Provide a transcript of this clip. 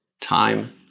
Time